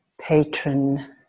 patron